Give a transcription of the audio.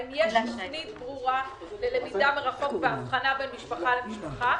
האם יש תוכנית ברורה ללמידה מרחוק והבחנה בין משפחה למשפחה?